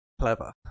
Clever